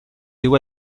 diu